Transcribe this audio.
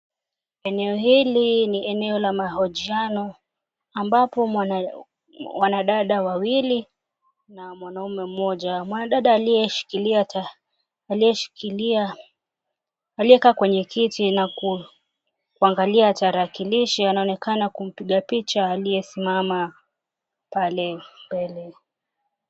Eneo hili ni eneo la mahojiano ambapo wanadada wawili na mwanaume mmoja, mwanadada aliyekaa kwenye kiti na kuwa kuangalia tarakilishi, anaonekana kumpiga picha aliyesimama pale mbele.